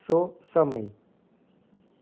show સમય